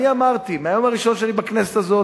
אני אמרתי מהיום הראשון שלי בכנסת הזאת,